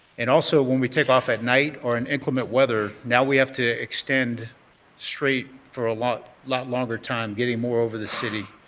and also when we take off at night or in inclement weather, now we have to extend straight for a lot lot longer time, getting more over the city.